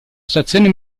stazione